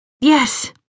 Yes